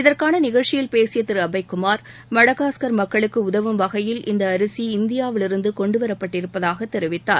இதற்கான நிகழ்ச்சியில் பேசிய திரு அபய் குமார் மடகாஸ்கர் மக்களுக்கு உதவும் வகையில் இந்த அரிசி இந்தியாவிலிருந்து கொண்டுவரப்பட்டிருப்பதாக தெரிவித்தார்